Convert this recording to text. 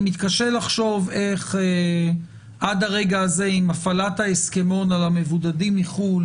אני מתקשה לחשוב איך עד הרגע הזה עם הפעלת ההסכמון על המבודדים מחו"ל,